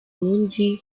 rundi